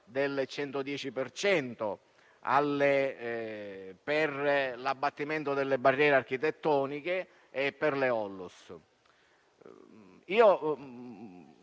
cento, per l'abbattimento delle barriere architettoniche e per le ONLUS.